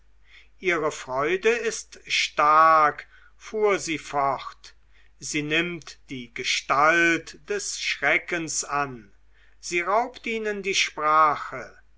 ihre freude ist stark fuhr sie fort sie nimmt die gestalt des schreckens an sie raubt ihnen die sprache